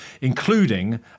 including